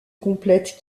complète